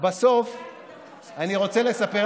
אתה מסכים